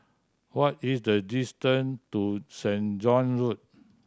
what is the distance to Saint John Road